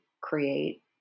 create